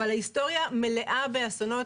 אבל ההיסטוריה מלאה באסונות.